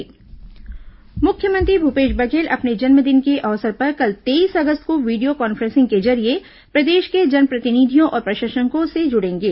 मुख्यमंत्री जन्मदिन मुख्यमंत्री भूपेश बघेल अपने जन्मदिन के अवसर पर कल तेईस अगस्त को वीडियो कॉन्फ्रेंसिंग के जरिये प्रदेश के जनप्रतिनिधियों और प्रशंसकों से जुड़ेंगे